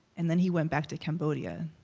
and then he went back to cambodia,